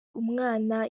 umwana